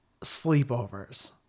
sleepovers